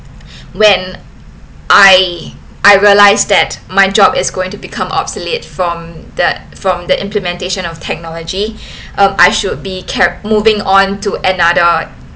when I I realized that my job is going to become obsolete from the from the implementation of technology I should be kept moving on to another